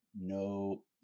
No